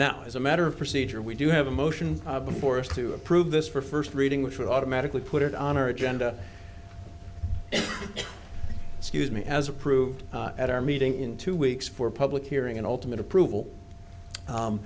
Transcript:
now as a matter of procedure we do have a motion before us to approve this for first reading which will automatically put it on our agenda and excuse me as approved at our meeting in two weeks for public hearing and ultimate approval